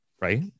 right